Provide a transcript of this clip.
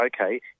Okay